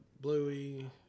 Bluey